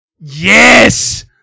yes